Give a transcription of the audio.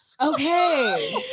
Okay